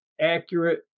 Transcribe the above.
accurate